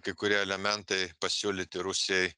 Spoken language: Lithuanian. kai kurie elementai pasiūlyti rusijai